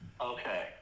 Okay